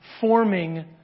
forming